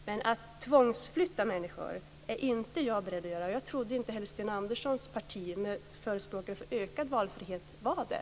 Men jag är inte beredd att tvångsflytta människor. Jag trodde inte heller att Sten Anderssons parti, som förespråkar ökad valfrihet, var det.